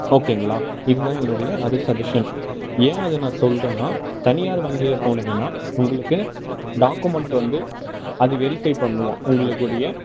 ஓகேங்களா இது தான் என்னுடைய சஜஷன் ஏன் அதை நான் சொல்லுறன்னா தனியார் வங்கியில போனீங்கன்னா உங்களுக்கு டாக்குமெண்ட் வந்து அது வெரிஃபை பண்ணுவோம் உங்களுக்குடைய